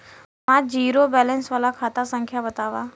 हमार zero balance वाला खाता संख्या वतावा?